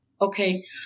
Okay